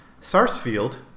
Sarsfield